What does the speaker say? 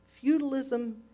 feudalism